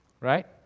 right